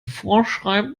vorschreiben